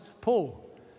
Paul